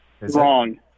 Wrong